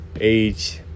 age